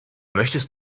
möchtest